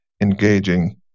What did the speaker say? engaging